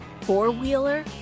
four-wheeler